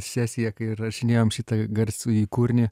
sesiją kai įrašinėjom šitą garsųjį kūrinį